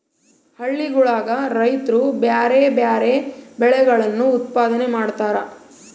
ಹಳ್ಳಿಗುಳಗ ರೈತ್ರು ಬ್ಯಾರೆ ಬ್ಯಾರೆ ಬೆಳೆಗಳನ್ನು ಉತ್ಪಾದನೆ ಮಾಡತಾರ